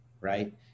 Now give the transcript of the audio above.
Right